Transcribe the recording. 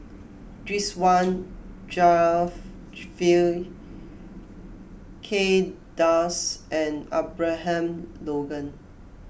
Ridzwan Dzafir Kay Das and Abraham Logan